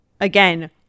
again